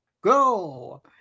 go